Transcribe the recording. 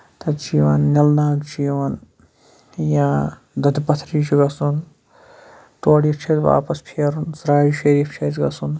تَتہِ چھُ یِوان نِل ناگ چھُ یِوان یا دۄدٕ پَتھری چھُ گژھُن تورٕ یِتھ چھُ اَسہِ واپَس پھیرُن ژرارِ شیٖرف چھُ اَسہِ گژھُن